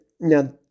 Now